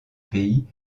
pays